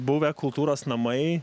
buvę kultūros namai